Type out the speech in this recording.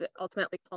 ultimately